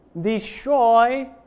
destroy